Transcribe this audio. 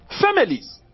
families